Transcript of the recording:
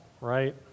right